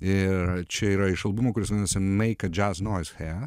ir čia yra iš albumo kuris vadinasi make a jazz noise here